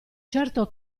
certo